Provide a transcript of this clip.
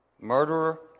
murderer